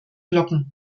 glocken